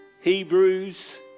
Hebrews